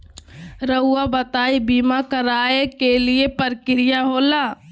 रहुआ बताइं बीमा कराए के क्या प्रक्रिया होला?